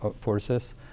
forces